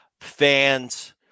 fans